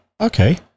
Okay